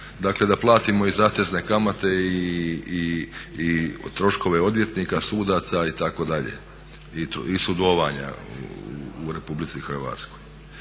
Dakle, da platimo i zatezne kamate i troškove odvjetnika, sudaca itd. i sudovanja u RH.